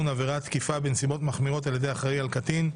- עבירת תקיפה בנסיבות מחמירות על ידי אחראי על קטין),